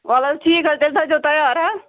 وَل حظ ٹھیٖک حظ چھِ تیٚلہِ تھٲے زیو تَیار ہہ